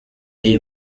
y’i